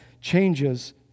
changes